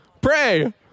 Pray